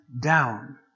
down